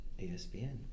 ESPN